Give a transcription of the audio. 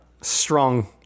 strong